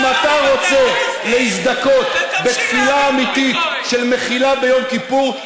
אם אתה רוצה להזדכות בתפילה אמיתית של מחילה ביום כיפור,